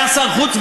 היה שר חוץ,